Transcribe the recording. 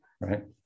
Right